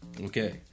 Okay